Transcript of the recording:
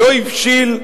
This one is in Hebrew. לא הבשיל,